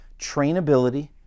trainability